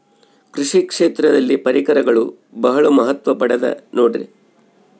ಕೃಷಿ ಕ್ಷೇತ್ರದಲ್ಲಿ ಪರಿಕರಗಳು ಬಹಳ ಮಹತ್ವ ಪಡೆದ ನೋಡ್ರಿ?